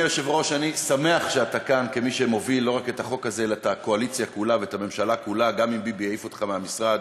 לקחתם מפלגה מפוארת,